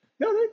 No